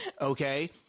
okay